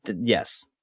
yes